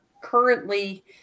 currently